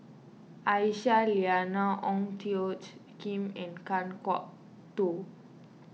Aisyah Lyana Ong Tjoe Kim and Kan Kwok Toh